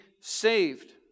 saved